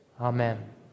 Amen